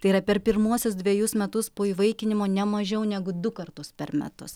tai yra per pirmuosius dvejus metus po įvaikinimo ne mažiau negu du kartus per metus